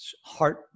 heart